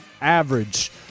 average